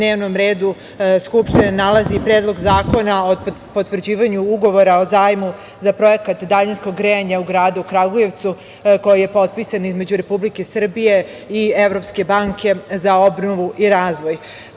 dnevnom redu Skupštine nalazi Predlog zakona o potvrđivanju Ugovora o zajmu za projekat daljinskog grejanja u gradu Kragujevcu, koji je potpisan između Republike Srbije i Evropske banke za obnovu i razvoj.O